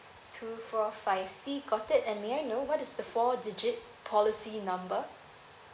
two four five C got it and may I know what is the four digit policy number